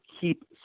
keep